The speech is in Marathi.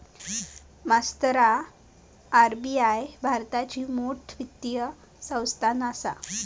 मास्तरा आर.बी.आई भारताची मोठ वित्तीय संस्थान आसा